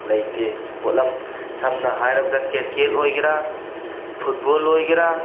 ꯂꯩꯇꯦ ꯄꯣꯠꯂꯝ ꯁꯝꯅ ꯍꯥꯏꯔꯕꯗ ꯀ꯭ꯔꯤꯛꯀꯦꯠ ꯑꯣꯏꯒꯦꯔꯥ ꯐꯨꯠꯕꯣꯜ ꯑꯣꯏꯒꯦꯔꯥ